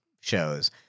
shows